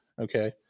Okay